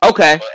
Okay